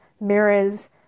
mirrors